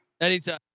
Anytime